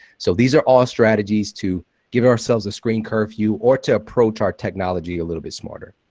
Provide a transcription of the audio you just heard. so these are all strategies to give ourselves a screen curfew or to approach our technology a little bit smarter.